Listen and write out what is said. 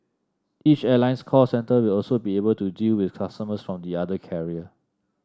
each airline's call centre will also be able to deal with customers from the other carrier